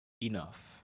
enough